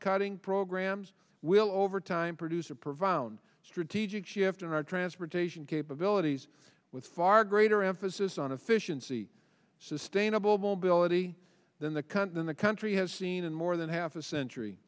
cutting programs will over time produce a provide own strategic shift in our transportation capabilities with far greater emphasis on efficiency sustainable mobility than the country in the country has seen in more than half a century